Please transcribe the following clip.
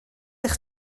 eich